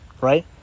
Right